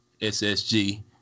SSG